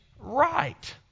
right